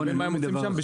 אתה מבחין מה הם עושים שם?